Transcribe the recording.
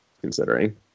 considering